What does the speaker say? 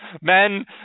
men